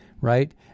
right